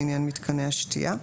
לעניין מתקני השתיה.